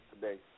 today